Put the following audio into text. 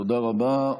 תודה רבה.